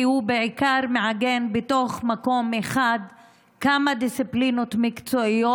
כי הוא בעיקר מעגן בתוך מקום אחד כמה דיסציפלינות מקצועיות